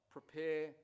Prepare